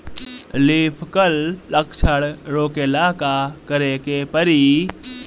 Leaf curl लक्षण रोकेला का करे के परी?